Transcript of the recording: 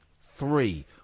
Three